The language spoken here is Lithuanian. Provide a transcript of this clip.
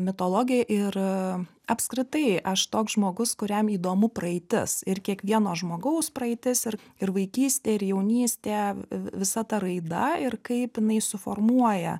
mitologija ir apskritai aš toks žmogus kuriam įdomu praeitis ir kiekvieno žmogaus praeitis ir ir vaikystė ir jaunystė vi visa ta raida ir kaip jinai suformuoja